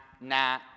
nah